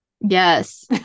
yes